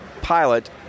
pilot